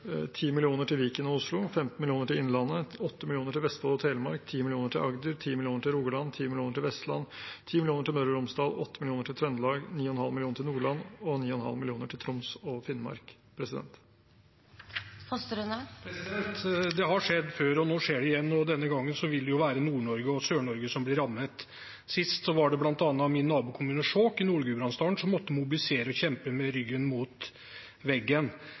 til Viken og Oslo, 15 mill. kr til Innlandet, 8 mill. kr til Vestfold og Telemark, 10 mill. kr til Agder, 10 mill. kr til Rogaland, 10 mill. kr til Vestland, 10 mill. kr til Møre og Romsdal, 8 mill. kr til Trøndelag, 9,5 mill. kr til Nordland og 9,5 mill. kr til Troms og Finnmark. Det har skjedd før, og nå skjer det igjen, og denne gangen vil det være både Nord-Norge og Sør-Norge som blir rammet. Sist var det bl.a. min nabokommune Skjåk i Nord-Gudbrandsdalen som måtte mobilisere og kjempe med ryggen mot veggen.